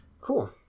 Cool